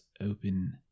open